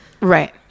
right